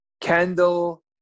Kendall